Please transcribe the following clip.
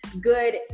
good